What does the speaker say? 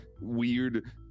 weird